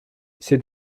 c’est